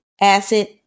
acid